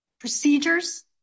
Procedures